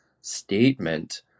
statement